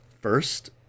first